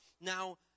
Now